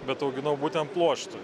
bet auginau būtent pluoštų